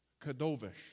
kadovish